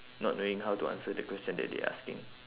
not knowing how to answer the question that they asking